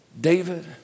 David